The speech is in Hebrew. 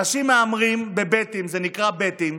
אנשים מהמרים ב"בטים" זה נקרא "בטים",